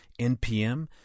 NPM